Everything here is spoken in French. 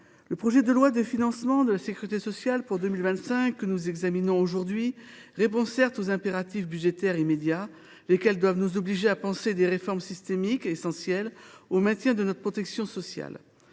le projet de loi de financement de la sécurité sociale pour 2025, que nous examinons aujourd’hui, répond certes aux impératifs budgétaires immédiats, lesquels doivent nous obliger à penser des réformes systémiques essentielles au maintien de notre protection sociale.